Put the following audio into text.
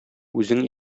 үзең